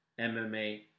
MMA